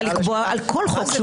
היום את יכולה לקבוע על כל חוק שהוא